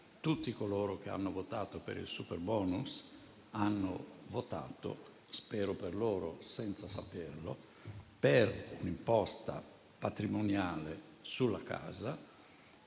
tutti coloro che hanno votato per il superbonus hanno votato (spero per loro senza saperlo) per un'imposta patrimoniale sulla casa